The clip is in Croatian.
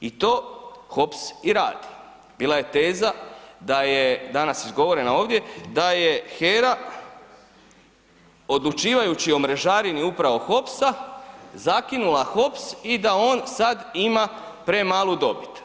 I to HOPS i radi, bila je teza da je, danas izgovorena ovdje, da je HERA odlučivajući o mrežarini upravo HOPS-a, zakinula HOPS i da on sad ima premalu dobit.